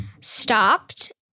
stopped